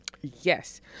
Yes